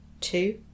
two